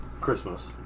Christmas